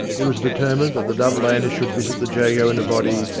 it was determined that the dove-laners should visit the jago in a body,